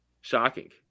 Shocking